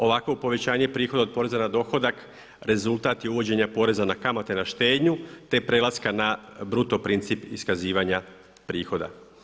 Ovakvo povećanje prihoda od poreza na dohodak rezultat je uvođenja poreza na kamate na štednju te prelaska na bruto princip iskazivanja prihoda.